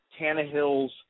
Tannehill's